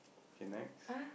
K next